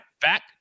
back